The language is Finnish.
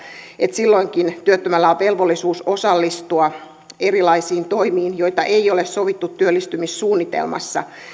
silloinkin työttömällä on velvollisuus osallistua erilaisiin toimiin joita ei ole sovittu työllistymissuunnitelmassa